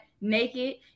naked